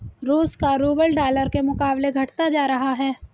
रूस का rouble dollar के मुकाबले घटता जा रहा है